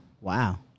Wow